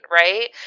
right